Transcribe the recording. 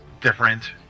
different